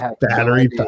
Battery